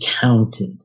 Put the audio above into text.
counted